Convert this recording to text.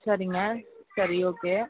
சரிங்க சரி ஓகே